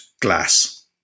glass